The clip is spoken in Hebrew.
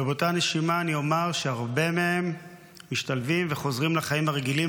ובאותה נשימה אני אומר שהרבה מהם משתלבים וחוזרים לחיים הרגילים,